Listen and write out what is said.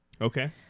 Okay